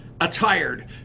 Attired